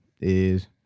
is-